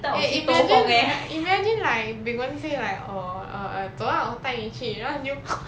eh imagine imagine like bing wen say like err 走 lah 我带你去然后 new